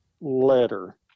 letter